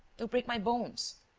they'll break my bones.